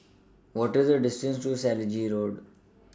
What IS The distance to Selegie Road